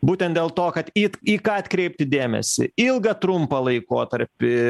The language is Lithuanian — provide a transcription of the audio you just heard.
būtent dėl to kad it į ką atkreipti dėmesį ilgą trumpą laikotarpį